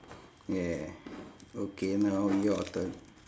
yeah okay now your turn